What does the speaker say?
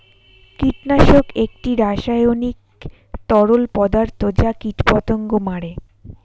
কীটনাশক একটি রাসায়নিক তরল পদার্থ যা কীটপতঙ্গ মারে